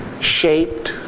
shaped